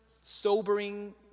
sobering